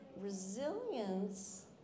resilience